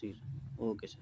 جی sir okay سر